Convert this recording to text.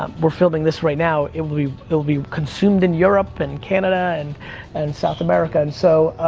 um we're filming this right now, it will be will be consumed in europe, and canada, and and south america, and so